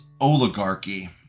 oligarchy